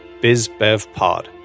BizBevPod